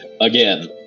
again